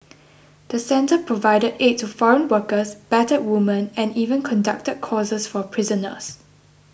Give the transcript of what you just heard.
the centre provided aid to foreign workers battered women and even conducted courses for prisoners